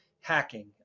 hacking